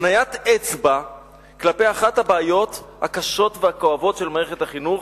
הפניית אצבע כלפי אחת הבעיות הקשות והכואבות של מערכת החינוך,